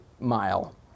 mile